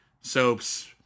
soaps